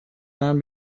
man